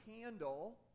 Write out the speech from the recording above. candle